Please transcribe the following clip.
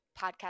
podcast